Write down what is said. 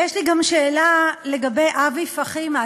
ויש לי גם שאלה לגבי אבי פחימה,